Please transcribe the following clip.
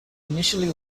initially